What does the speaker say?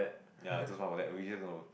ya just one of that we just know